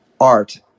art